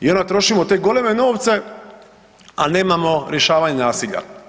I onda trošimo te goleme novce, al nemamo rješavanja nasilja.